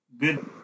Good